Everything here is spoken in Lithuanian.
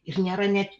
ir nėra net